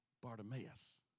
Bartimaeus